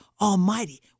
Almighty